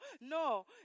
no